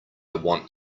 want